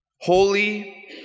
holy